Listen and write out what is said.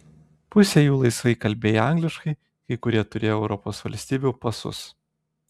pusė jų laisvai kalbėję angliškai kai kurie turėję europos valstybių pasus